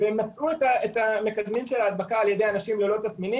והם מצאו את המקדמים של ההדבקה על ידי אנשים ללא תסמינים,